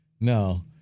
No